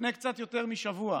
לפני קצת יותר משבוע,